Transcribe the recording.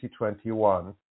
2021